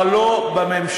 כבר לא בממשלה.